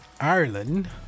Ireland